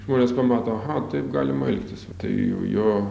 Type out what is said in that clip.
žmonės pamato aha taip galima elgtis tai jau jo